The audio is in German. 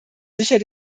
sicher